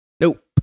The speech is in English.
Nope